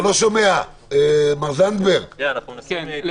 מר זנדברג, אם